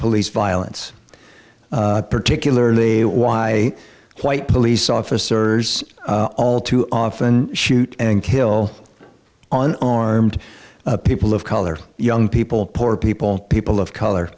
police violence particularly why white police officers all too often shoot and kill on armed people of color young people poor people people of color